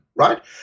Right